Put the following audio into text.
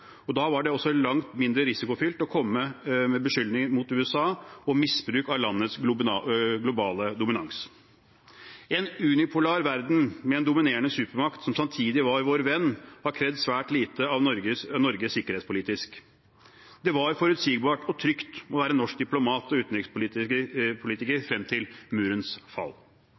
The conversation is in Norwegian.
og da var det også langt mindre risikofylt å komme med beskyldninger mot USA om misbruk av landets globale dominans. En unipolar verden, med en dominerende supermakt som samtidig var vår venn, har krevd svært lite av Norge sikkerhetspolitisk. Det var forutsigbart og trygt å være norsk diplomat og utenrikspolitiker frem til murens fall